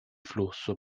flusso